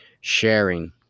sharing